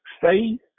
faith